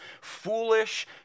foolish